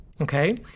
okay